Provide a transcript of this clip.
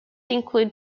include